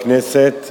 בכנסת,